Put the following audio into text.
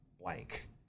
blank